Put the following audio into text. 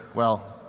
well,